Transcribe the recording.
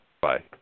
Bye